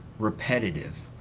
repetitive